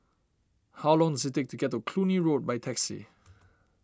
how long it's take to get to Cluny Road by taxi